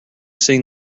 sing